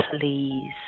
please